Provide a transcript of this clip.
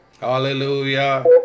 Hallelujah